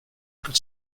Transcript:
could